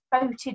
voted